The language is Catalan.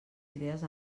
idees